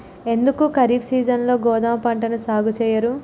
ఎందుకు ఖరీఫ్ సీజన్లో గోధుమ పంటను సాగు చెయ్యరు?